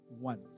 one